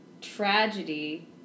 tragedy